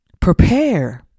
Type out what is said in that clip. prepare